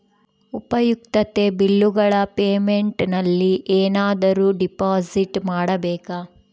ಉಪಯುಕ್ತತೆ ಬಿಲ್ಲುಗಳ ಪೇಮೆಂಟ್ ನಲ್ಲಿ ಏನಾದರೂ ಡಿಪಾಸಿಟ್ ಮಾಡಬೇಕಾ?